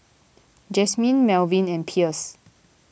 Jasmin Melvin and Pierce